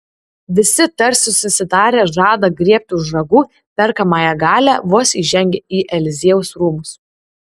visi tarsi susitarę žada griebti už ragų perkamąją galią vos įžengę į eliziejaus rūmus